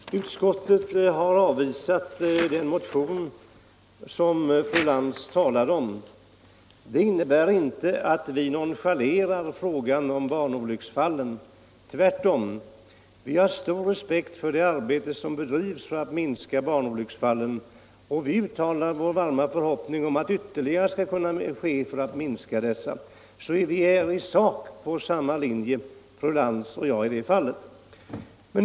Herr talman! Utskottet har avvisat den motion som fru Lantz talar om. Det innebär inte att vi nonchalerar frågan om barnolycksfallen. Tvärtom -— vi har stor respekt för det arbete som bedrivs för att minska barnolycksfallen, och vi uttalar vår varma förhoppning om att ytterligare åtgärder skall kunna vidtas för att minska dessa. Fru Lantz och jag följer alltså i sak samma linje i det fallet.